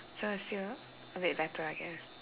so it's still a bit better I guess